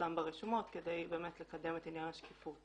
תפורסם ברשומות כדי באמת לקדם את עניין השקיפות,